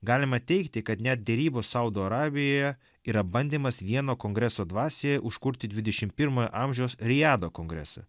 galima teigti kad net derybos saudo arabijoje yra bandymas vieno kongreso dvasioje užkurti dvidešimt pirmojo amžiaus riado kongresą